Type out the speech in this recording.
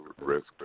risk